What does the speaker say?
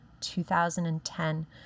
2010